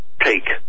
take